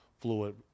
fluid